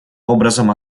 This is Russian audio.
образом